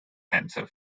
handsome